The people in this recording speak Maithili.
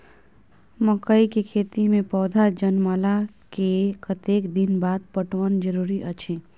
मकई के खेती मे पौधा जनमला के कतेक दिन बाद पटवन जरूरी अछि?